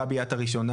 גבי את הראשונה,